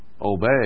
obey